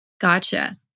Gotcha